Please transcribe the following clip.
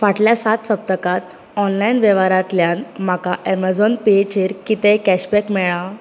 फाटल्या सात सप्तकांत ऑनलायन वेव्हारांतल्यान म्हाका अमेझॉन पेचेर कितेंय कॅशबॅक मेळ्ळा